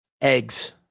eggs